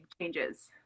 changes